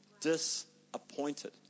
Disappointed